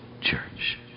church